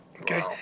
Okay